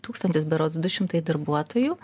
tūkstantis berods du šimtai darbuotojų